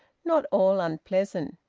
not all unpleasant.